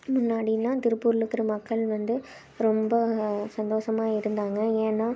முன்னாடியெலாம் திருப்பூர்லிருக்குற மக்கள் வந்து ரொம்ப சந்தோஷமா இருந்தாங்க ஏன்னால்